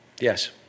yes